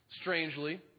strangely